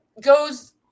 goes